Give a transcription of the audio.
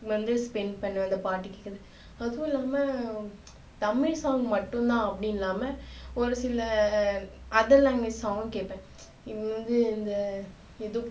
வந்து ஸ்பெண்ட் பண்ணுவேன் அந்த பாட்டு அதுவும் இல்லாமல் தமிழ் சாங் மட்டுந்தான் அப்படி இல்லாமல் ஒரு சில அதர் லாங்குவேஜ் சாங் கேட்பேன் இவங்க வந்து இந்த இது